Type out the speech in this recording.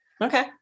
okay